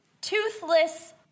toothless